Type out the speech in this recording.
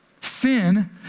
Sin